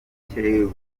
bamwe